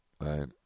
Right